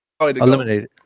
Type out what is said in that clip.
Eliminated